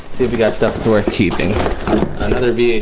if you got stuff worth keeping another vhs